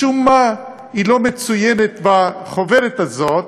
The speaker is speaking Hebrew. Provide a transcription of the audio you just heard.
משום מה, היא לא מצוינת בחוברת הזאת.